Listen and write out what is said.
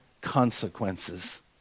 consequences